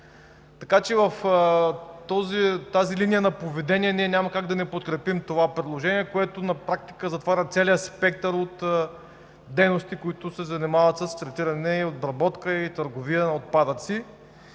Така че в тази линия на поведение ние няма как да не подкрепим това предложение, което на практика затваря целия спектър от дейности, които се занимават с третиране, обработка и търговия на отпадъци,